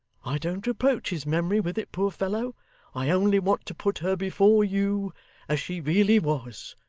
i don't reproach his memory with it, poor fellow i only want to put her before you as she really was.